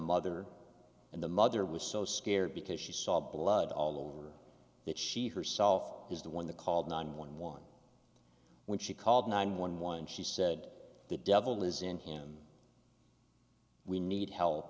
mother and the mother was so scared because she saw blood all over that she herself is the one that called nine one one when she called nine one one and she said the devil is in him we need help